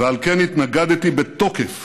ועל כן התנגדתי בתוקף